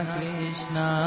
Krishna